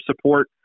support